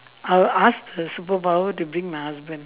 I'll ask the superpower to bring my husband